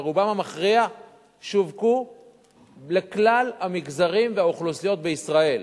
אבל רובן המכריע שווקו לכלל המגזרים והאוכלוסיות בישראל,